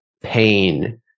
pain